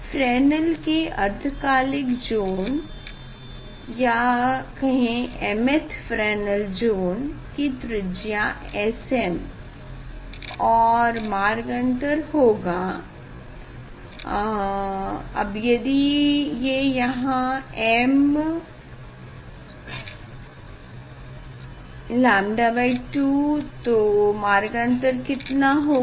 Fresnel के अर्धकालिक zone या कहें mth फ्रेनेल ज़ोन की त्रिज्या Sm और मार्गअन्तर होगा अब यदि ये यहाँ m𝞴2 तो मार्गान्तर कितना होगा